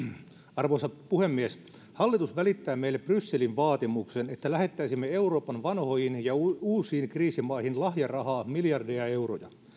arvoisa puhemies hallitus välittää meille brysselin vaatimuksen että lähettäisimme euroopan vanhoihin ja uusiin kriisimaihin lahjarahaa miljardeja euroja